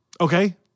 okay